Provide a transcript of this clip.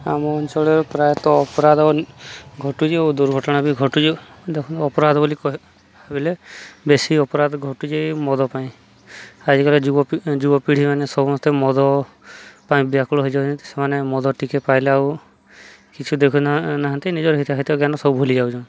ଆମ ଅଞ୍ଚଳରେ ପ୍ରାୟତଃ ଅପରାଧ ଓ ଘଟୁଛି ଓ ଦୁର୍ଘଟଣା ବି ଘଟୁଛି ଦେଖନ୍ତୁ ଅପରାଧ ବୋଲି ବଲେ ବେଶୀ ଅପରାଧ ଘଟୁଛି ମଦ ପାଇଁ ଆଜିକାଲି ଯୁବପିଢ଼ି ମାନେ ସମସ୍ତେ ମଦ ପାଇଁ ବ୍ୟାକୁଳ ହେଇଯାଉଛନ୍ତି ସେମାନେ ମଦ ଟିକେ ପାଇଲେ ଆଉ କିଛି ଦେଖୁ ନାହାନ୍ତି ନିଜର ହିତାହିତ ଜ୍ଞାନ ସବୁ ଭୁଲି ଯାଉଛନ୍